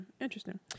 interesting